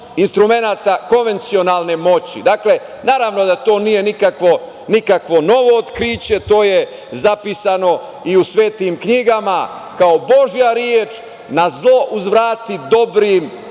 instrumenata konvencionalne moći. Dakle, naravno da to nije nikakvo novo otkriće, to je zapisano i u svetim knjigama kao božja reč - na zlo odvrati dobrim